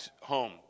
home